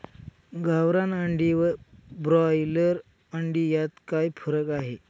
गावरान अंडी व ब्रॉयलर अंडी यात काय फरक आहे?